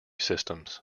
systems